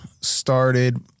started